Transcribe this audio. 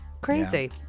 crazy